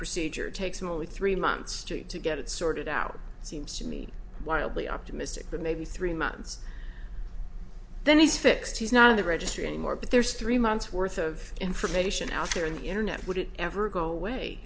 procedure takes him only three months to get it sorted out seems to me wildly optimistic that maybe three months then he's fixed he's not in the registry anymore but there's three months worth of information out there on the internet would it ever go away